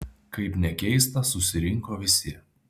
kaip nekeista susirinko visi